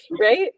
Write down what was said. Right